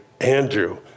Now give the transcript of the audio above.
Andrew